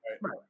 Right